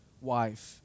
wife